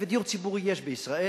ודיור ציבורי יש בישראל,